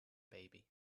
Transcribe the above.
baby